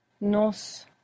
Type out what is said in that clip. Nos